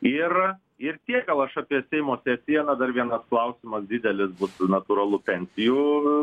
ir ir tiek gal aš apie seimo sesiją na dar vienas klausimas didelį bus natūralu pensijų